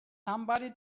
somebody